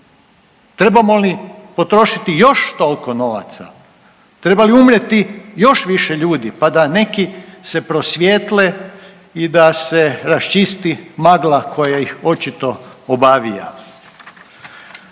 Trebamo li potrošiti još toliko novaca? Treba li umrijeti još više ljudi pa da neki se prosvijetle i da se raščisti magla koja ih očito obavija.